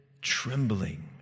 trembling